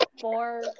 four